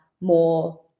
more